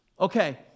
Okay